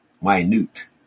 minute